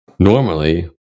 normally